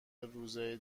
روزای